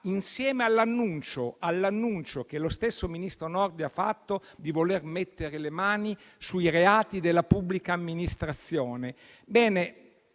insieme all'annuncio che lo stesso ministro Nordio ha fatto di voler mettere le mani sui reati della pubblica amministrazione.